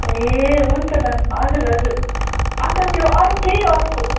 ए हुन्छ म्याम हजुर हजुर अन्त त्यो अरू केही अरू